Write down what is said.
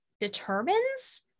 determines